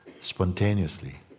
spontaneously